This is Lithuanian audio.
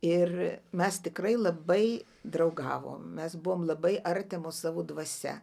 ir mes tikrai labai draugavom mes buvom labai artimos savo dvasia